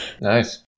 nice